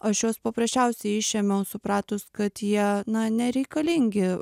aš juos paprasčiausiai išėmiau supratus kad jie na nereikalingi